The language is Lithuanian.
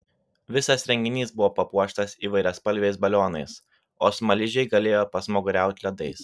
visas renginys buvo papuoštas įvairiaspalviais balionais o smaližiai galėjo pasmaguriauti ledais